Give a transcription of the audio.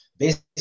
Based